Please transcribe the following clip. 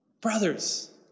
Brothers